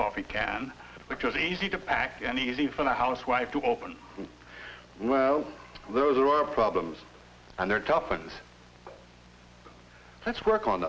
coffee can because easy to pack and easy for the housewife to open well those are our problems and they're toughens let's work on